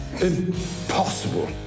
Impossible